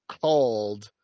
called